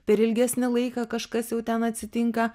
per ilgesnį laiką kažkas jau ten atsitinka